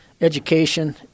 education